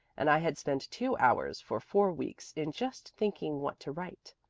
and i had spent two hours for four weeks in just thinking what to write.